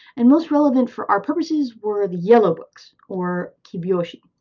and most relevant for our purposes were the yellow books, or kibyoushi.